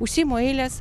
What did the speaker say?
užsiimu eiles